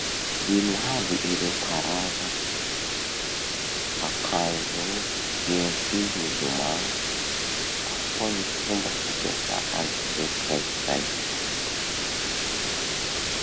Ino iaby ireo karaza ankanjo fienty milomagno? Ahoa gny fomba fampiasà azy rey kiraikiraiky?